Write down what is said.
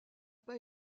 pas